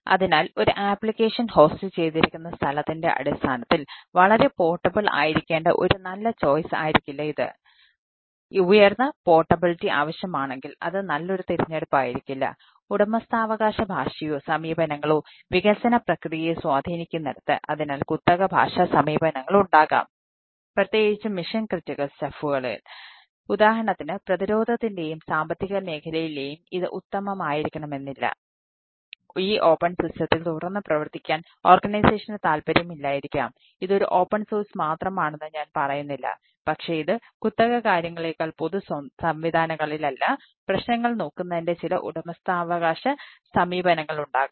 അതിനാൽ ഒരു ആപ്ലിക്കേഷൻ മാത്രമാണെന്ന് ഞാൻ പറയുന്നില്ല പക്ഷേ ഇത് കുത്തക കാര്യങ്ങളേക്കാൾ പൊതു സംവിധാനങ്ങളിലല്ല പ്രശ്നങ്ങൾ നോക്കുന്നതിന്റെ ചില ഉടമസ്ഥാവകാശ സമീപനങ്ങളുണ്ടാകാം